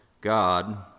God